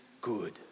good